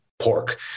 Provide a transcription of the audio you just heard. pork